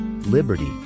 Liberty